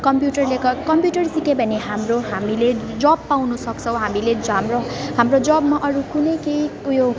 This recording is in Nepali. कम्प्युटरले ग कम्प्युटर सिक्यौँ भने हाम्रो हामीले जब पाउनसक्छौँ हामीले हाम्रो हाम्रो जबमा अरू कुनै केही उयो